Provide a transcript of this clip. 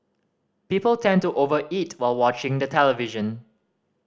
people tend to over eat while watching the television